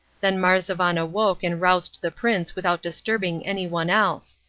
then marzavan awoke and roused the prince without disturbing anyone else.